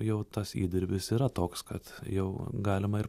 jau tas įdirbis yra toks kad jau galima ir